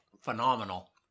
phenomenal